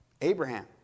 Abraham